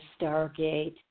stargate